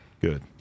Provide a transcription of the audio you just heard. Good